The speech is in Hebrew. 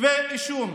כתבי אישום.